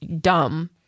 dumb